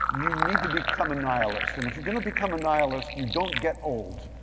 you need to become a nihilist. and if you're gonna become a nihilist, you don't get old.